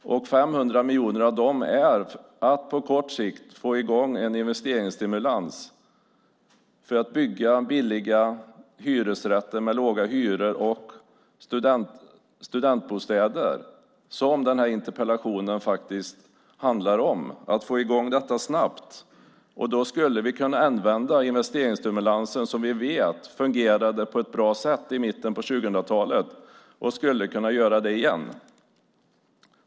500 miljoner av dem är till för att på kort sikt få i gång en investeringsstimulans för att bygga billiga hyresrätter med låga hyror och studentbostäder, vilket den här interpellationen faktiskt handlar om. Det gäller att få i gång detta snabbt. Då skulle vi kunna använda investeringsstimulansen. Vi vet att den fungerade på ett bra sätt tidigare, och den skulle kunna göra det igen.